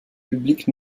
public